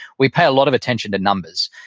we pay a lot of attention to numbers.